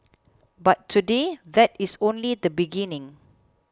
but today that is only the beginning